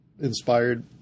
inspired